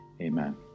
amen